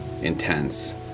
intense